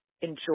enjoy